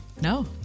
No